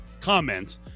comment